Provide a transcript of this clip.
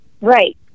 right